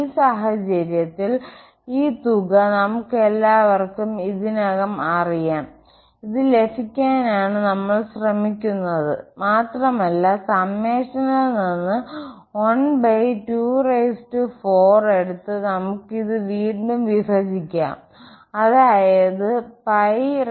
ഈ സാഹചര്യത്തിൽ ഈ തുക നമുക്കെല്ലാവർക്കും ഇതിനകം അറിയാം ഇത് ലഭിക്കാനാണ് നമ്മൾ ശ്രമിക്കുന്നത് മാത്രമല്ല സമ്മേഷനിൽ നിന്ന്124 എടുത്ത് നമുക്ക് ഇത് വീണ്ടും വിഭജിക്കാം അതായത് 4 90